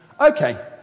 Okay